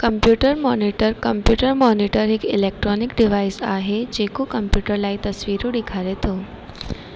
computer monitor computer monitor हिकु electronic device आहे जेको कंप्यूटर लाइ तस्वीरूं ॾिखारे थो